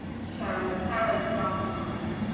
sarah's sarah's jaw drops.